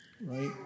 Right